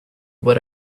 what